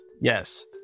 Yes